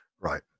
Right